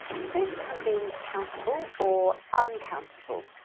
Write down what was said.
soup can be countable or uncountable.